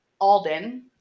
Alden